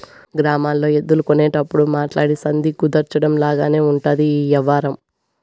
గ్రామాల్లో ఎద్దులు కొనేటప్పుడు మాట్లాడి సంధి కుదర్చడం లాగానే ఉంటది ఈ యవ్వారం